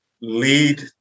lead